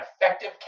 effective